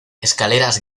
escaleras